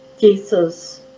Jesus